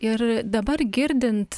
ir dabar girdint